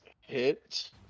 hit